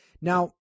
Now